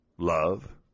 Love